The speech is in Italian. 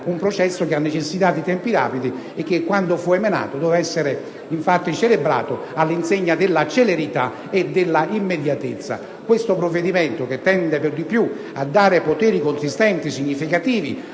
un processo che necessita di tempi rapidi e che, quando fu introdotto, doveva essere celebrato all'insegna della celerità e della immediatezza. Questo provvedimento inoltre, che tende, a dare poteri consistenti e significativi